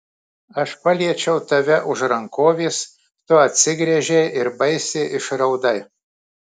aš paliečiau tave už rankovės tu atsigręžei ir baisiai išraudai